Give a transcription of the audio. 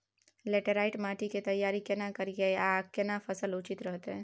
Laterite माटी की तैयारी केना करिए आर केना फसल उचित रहते?